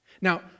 Now